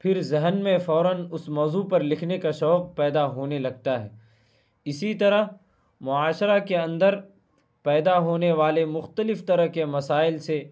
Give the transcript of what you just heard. پھر ذہن میں فوراً اس موضوع پر لکھنے کا شوق پیدا ہونے لگتا ہے اسی طرح معاشرہ کے اندر پیدا ہونے والے مختلف طرح کے مسائل سے